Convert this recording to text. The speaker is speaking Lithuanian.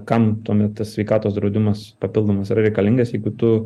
kam tuomet tas sveikatos draudimas papildomas reikalingas jeigu tu